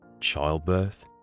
Childbirth